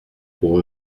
pour